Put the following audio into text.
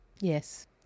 Yes